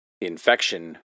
Infection